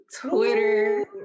Twitter